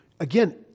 Again